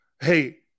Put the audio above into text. Hey